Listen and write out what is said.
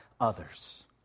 others